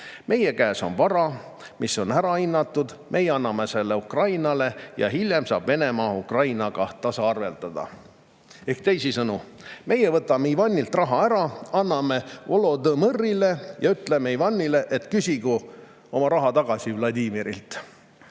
Meie käes on vara, mis on ära hinnatud, me anname selle Ukrainale ja hiljem saab Venemaa Ukrainaga tasaarveldada. Teisisõnu, meie võtame Ivanilt raha ära, anname Volodõmõrile ja ütleme Ivanile, et küsigu ta oma raha tagasi Vladimirilt.